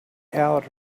outed